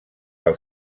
pel